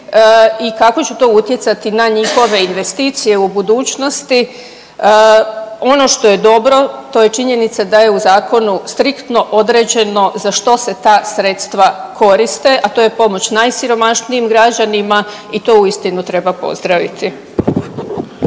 i kako će to utjecati na njihove investicije u budućnosti. Ono što je dobro to je činjenica da je u zakonu striktno određeno za što se ta sredstva koriste, a to je pomoć najsiromašnijim građanima i to uistinu treba pozdraviti.